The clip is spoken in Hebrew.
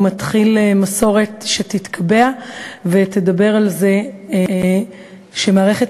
הוא מתחיל מסורת שתתקבע ותדבר על זה שמערכת